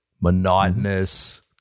monotonous